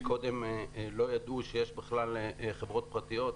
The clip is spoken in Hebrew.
קודם לא ידעו שיש בכלל חברות פרטיות.